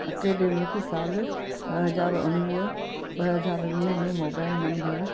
academic साल ॿ हज़ार उणवीह ॿ हज़ार वीह में मोबाइल नंबर